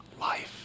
life